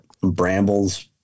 brambles